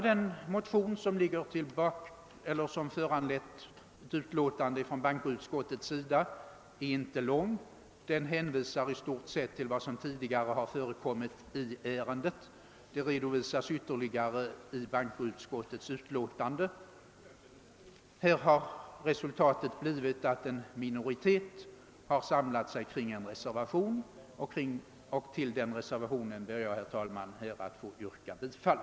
Den motion som föranlett föreliggande utlåtande är inte lång; den hänvisar i stort sett till vad som tidigare har förekommit i ärendet. Det redovisas ytterligare i bankoutskottets utlåtande. Resultatet har blivit att oppositionen samlat sig kring en reservation, och till den reservationen ber jag, herr talman, att få yrka bifall.